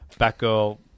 Batgirl